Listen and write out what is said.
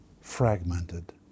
fragmented